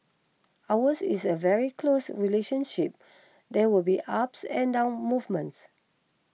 ours is a very close relationship there will be ups and down movements